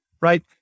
right